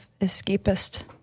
escapist